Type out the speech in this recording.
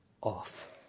off